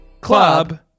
club